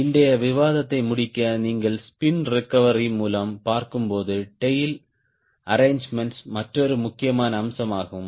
இன்றைய விவாதத்தை முடிக்க நீங்கள் ஸ்பின் ரெகவரி மூலம் பார்க்கும்போது டேய்ல் அரேஞ்சுமென்ட்ஸ் மற்றொரு முக்கியமான அம்சமாகும்